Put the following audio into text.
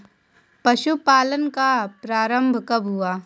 पशुपालन का प्रारंभ कब हुआ?